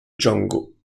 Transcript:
django